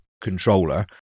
controller